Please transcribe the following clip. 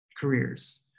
careers